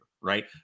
right